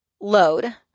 load